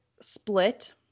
split